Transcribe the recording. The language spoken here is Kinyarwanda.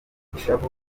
ishavu